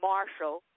Marshall